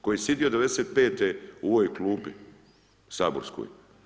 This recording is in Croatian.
Koji je sjedio 1995. u ovoj klupi, saborskoj.